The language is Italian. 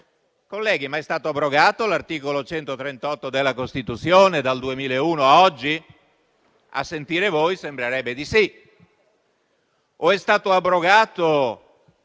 Colleghi, ma è stato abrogato l'articolo 138 della Costituzione dal 2001 a oggi? A sentire voi, sembrerebbe di sì. O è stato abrogato